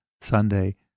Sunday